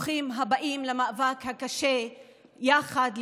ברוכים הבאים למאבק הקשה יחד,